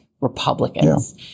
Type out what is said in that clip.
Republicans